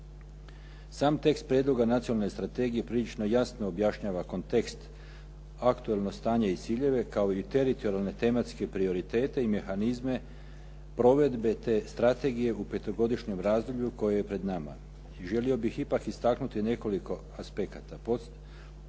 Sam tekst prijedloga nacionalne strategije prilično jasno objašnjava kontekst, aktualno stanje i ciljeve, kao i teritorijalne tematske prioritete i mehanizme provedbe te strategije u petogodišnjem razdoblju koje je pred nama. Želio bih ipak istaknuti nekoliko aspekata.